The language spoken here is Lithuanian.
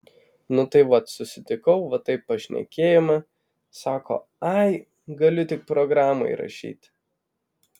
nu tai vat susitikau va taip pašnekėjome sako ai galiu tik programą įrašyti